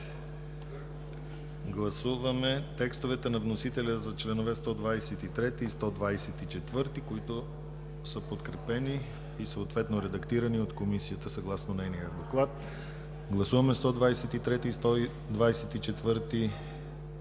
Гласуваме текстовете на вносителя за членове 123 и 124, които са подкрепени и съответно редактирани от Комисията съгласно нейния Доклад. Гласували 86